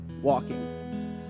walking